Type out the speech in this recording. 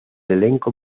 elenco